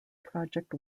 project